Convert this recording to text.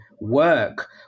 work